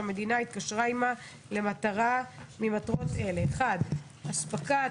שהמדינה התקשרה עימה למטרה ממטרות אלה: (1)הספקה,